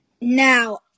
Now